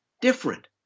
different